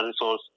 resource